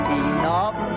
enough